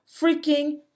freaking